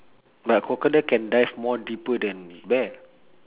but a crocodile can dive more deeper than bear